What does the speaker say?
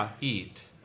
eat